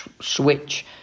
switch